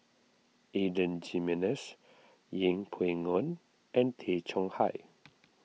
Adan Jimenez Yeng Pway Ngon and Tay Chong Hai